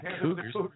Cougars